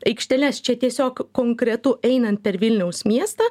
aikšteles čia tiesiog konkretu einant per vilniaus miestą